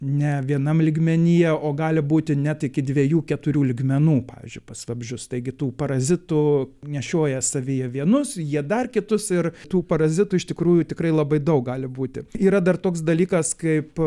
ne vienam lygmenyje o gali būti net iki dviejų keturių lygmenų pavyzdžiui pas vabzdžius taigi tų parazitų nešioja savyje vienus jie dar kitus ir tų parazitų iš tikrųjų tikrai labai daug gali būti yra dar toks dalykas kaip